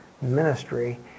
ministry